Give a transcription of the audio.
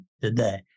today